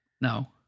No